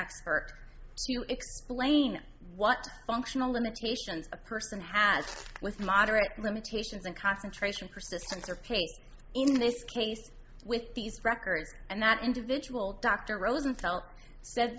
expert explain what functional limitations a person has with moderate limitations and concentration persistence or pace in this case with these records and that individual dr rosenfeld